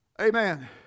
Amen